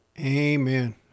Amen